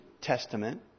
Testament